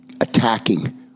attacking